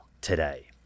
today